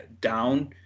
down